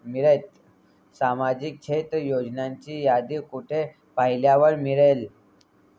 सामाजिक क्षेत्र योजनांची यादी कुठे पाहायला मिळेल?